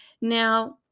Now